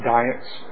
Diets